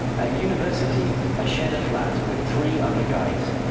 at university, i shared a flat with three other guys.